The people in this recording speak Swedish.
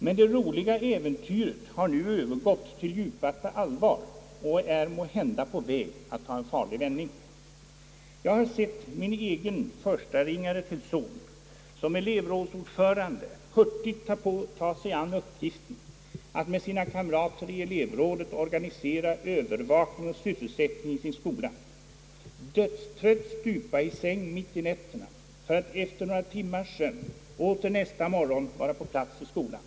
Men det roliga äventyret har nu övergått till djupaste allvar och är måhända på väg att ta en farlig vändning. Jag har sett hur min egen son, som går i gymnasiets första ring, i egenskap av elevrådsordförande hurtigt tagit sig an uppgiften att tillsammans med sina kamrater i elevrådet organisera övervakning och sysselsättning i sin skola. Jag har också sett hur han dödstrött stupat i säng mitt i natten för att efter några timmars sömn åter nästa morgon vara på plats i skolan.